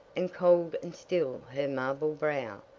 and cold and still her marble brow,